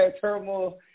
turmoil